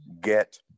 get